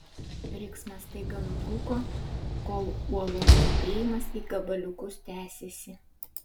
riksmas staiga nutrūko kol uolos trupėjimas į gabaliukus tęsėsi